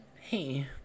Hey